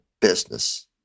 business